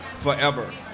forever